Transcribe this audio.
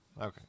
okay